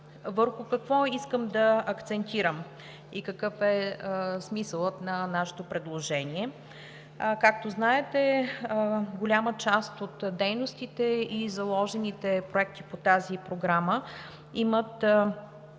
Върху какво искам да акцентирам и какъв е смисълът на нашето предложение? Както знаете, голяма част от дейностите и заложените проекти по тази програма имат